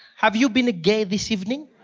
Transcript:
have you been gay this evening?